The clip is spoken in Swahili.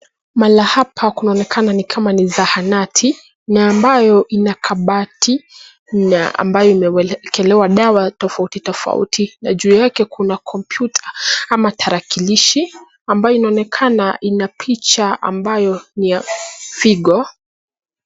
Mahala hapa kunaonekana ni kama ni zahanati na ambayo ina kabati na ambayo imewekelewa dawa tofautitofauti na juu yake kuna kompyuta ama tarakilishi ambayo inaonekana ina picha ambayo ni ya figo.